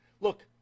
Look